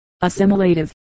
assimilative